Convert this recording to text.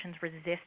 resist